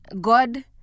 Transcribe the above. God